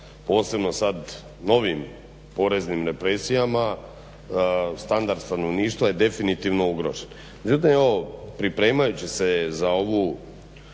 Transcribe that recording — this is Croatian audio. posebno sad novim poreznim represijama standard stanovništva je definitivno ugrožen. Međutim pripremajući se za ovu